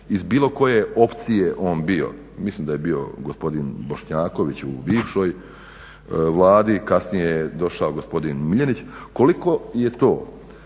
iz bilo koje opcije bio, mislim da je bio gospodin Bošnjaković u bivšoj Vladi, kasnije je došao gospodin Miljenić, koliko je to